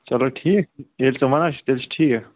چلو ٹھیٖک ییٚلہِ ژٕ وَنان چھُکھ تیٚلہِ چھُ ٹھیٖک